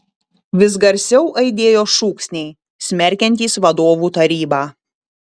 vis garsiau aidėjo šūksniai smerkiantys vadovų tarybą